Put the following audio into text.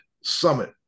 summit